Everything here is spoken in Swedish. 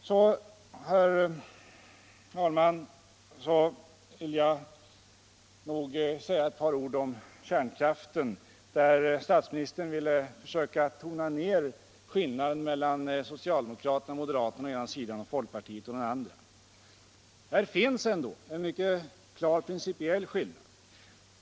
Så vill jag, herr talman, säga några ord om kärnkraften. Statsministern ville försöka tona ned skillnaden mellan socialdemokraterna och moderaterna å ena sidan och folkpartiet å den andra. Här finns ändå en mycket klar principiell skillnad.